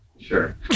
Sure